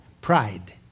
pride